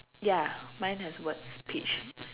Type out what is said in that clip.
ya mine has words peach